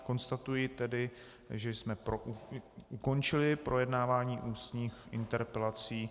Konstatuji tedy, že jsme ukončili projednávání ústních interpelací.